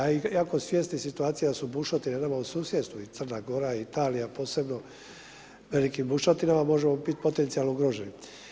A iako svjesni situacija su bušotine nama u susjedstvu i Crna Gora, Italija posebno, velikim bušotinama možemo biti potencijalno ugroženi.